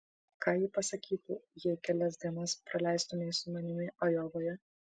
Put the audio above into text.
ką ji pasakytų jei kelias dienas praleistumei su manimi ajovoje